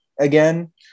again